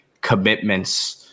commitments